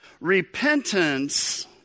repentance